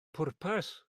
pwrpas